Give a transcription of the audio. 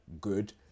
good